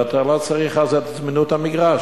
ואתה לא צריך אז את זמינות המגרש.